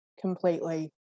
completely